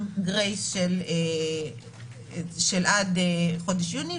עם גרייס של עד חודש יוני,